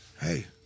Hey